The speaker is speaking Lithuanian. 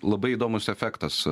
labai įdomus efektas